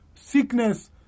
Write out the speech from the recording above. sickness